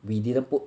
we didn't put